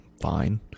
fine